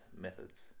methods